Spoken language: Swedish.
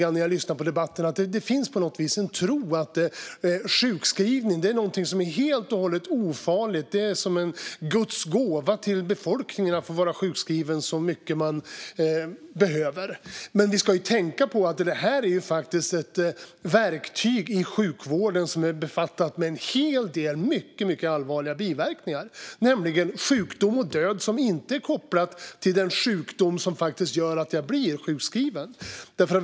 När jag lyssnar på debatten tycker jag att det finns en tro att sjukskrivning är något helt och hållet ofarligt, att det är en Guds gåva till befolkningen att få vara sjukskriven så mycket man behöver. Men vi ska tänka på att det är ett verktyg i sjukvården som är behäftat med en hel del mycket allvarliga biverkningar, nämligen sjukdom och död som inte är kopplat till den sjukdom som gör att man blir sjukskriven.